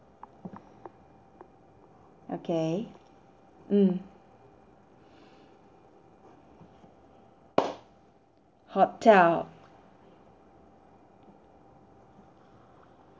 okay mm hotel